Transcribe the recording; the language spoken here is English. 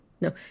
No